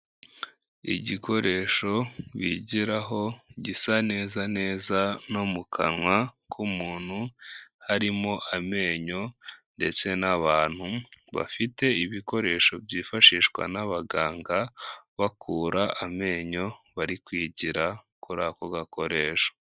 Igikoresho bigiraho gisa neza neza no mu kanwa k'umuntu, harimo amenyo ndetse n'abantu bafite ibikoresho byifashishwa n'abaganga bakura amenyo, bari kwigira kuri ako gakoresho.